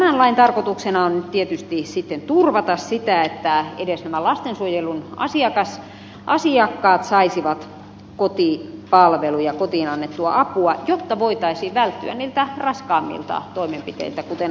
tämän lain tarkoituksena on nyt tietysti turvata sitä että edes lastensuojelun asiakkaat saisivat kotipalvelua ja kotiin annettua apua jotta voitaisiin välttyä niiltä raskaammilta toimenpiteiltä kuten huostaanotolta